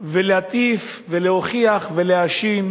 ולהטיף ולהוכיח ולהאשים